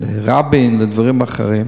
רבין ודברים אחרים.